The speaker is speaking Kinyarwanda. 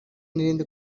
n’irindi